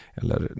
eller